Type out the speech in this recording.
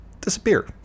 disappear